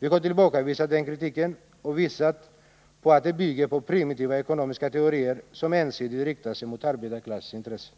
Vi har tillbakavisat den kritiken och visat på att den bygger på primitiva ekonomiska teorier, som ensidigt riktar sig mot arbetarklassens intressen.